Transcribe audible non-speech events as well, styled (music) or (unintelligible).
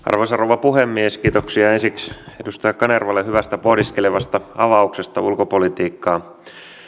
(unintelligible) arvoisa rouva puhemies kiitoksia ensiksi edustaja kanervalle hyvästä pohdiskelevasta avauksesta ulkopolitiikkaan